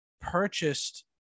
purchased